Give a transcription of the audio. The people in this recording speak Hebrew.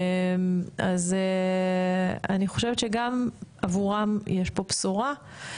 אז אני חושבת שגם עבורם יש פה בשורה.